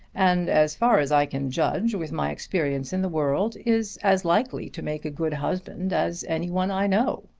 and as far as i can judge with my experience in the world, is as likely to make a good husband as any one i know.